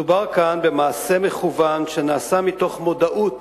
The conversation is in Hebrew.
מדובר כאן במעשה מכוון שנעשה מתוך מודעות